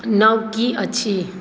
नव कि अछि